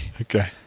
okay